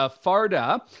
Farda